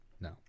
No